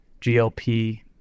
GLP